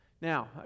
Now